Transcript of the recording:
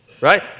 right